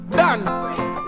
done